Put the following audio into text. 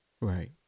Right